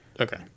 Okay